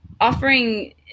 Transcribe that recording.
offering